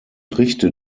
richte